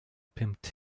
pimped